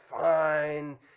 fine